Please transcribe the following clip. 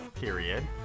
period